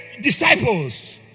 disciples